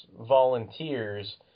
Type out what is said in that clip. volunteers